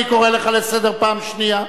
אני קורא אותך לסדר פעם שנייה.